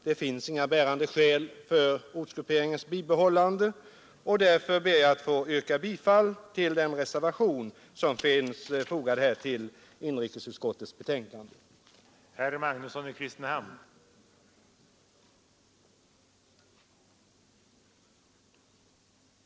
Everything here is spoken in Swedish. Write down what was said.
Det finns inga bärande skäl för ortsgrupperingens bibehållande, och därför ber jag att få yrka bifall till den reservation som fogats till inrikesutskottets betänkande nr 9.